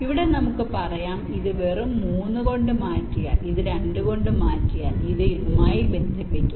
ഇവിടെ നമുക്ക് പറയാം ഇത് വെറും 3 കൊണ്ട് മാറ്റിയാൽ ഇത് 2 കൊണ്ട് മാറ്റിയാൽ ഇതും ഇതുമായി ബന്ധിപ്പിക്കും